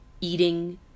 eating